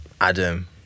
Adam